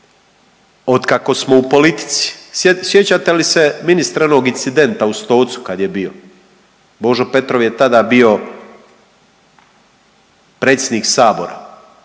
od kako smo u polici, sjećate li se ministre onog incidenta u Stocu kad je bio, Božo Petrov je tada bio predsjednik sabora,